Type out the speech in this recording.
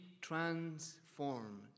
transformed